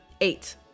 Eight